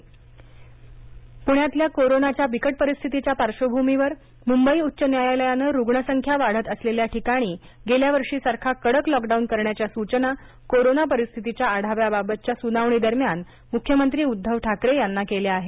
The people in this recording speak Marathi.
मुंबई उच्च न्यायालय पण्यातल्या कोरोनाच्या बिकट परिस्थितीच्या पार्श्वभूमीवर मुंबई उच्च न्यायालयाने रुग्णसंख्या वे वाढत असलेल्या ठिकाणी गेल्या वर्षीसारखा कडक लॉकडाऊन करण्याच्या सूचना कोरोना परिस्थितीच्या आढाव्याबाबतच्या सुनावणीदरम्यान मुख्यमंत्री उद्धव ठाकरे यांना केल्या आहेत